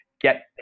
get